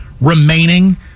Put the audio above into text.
remaining